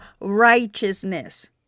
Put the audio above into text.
righteousness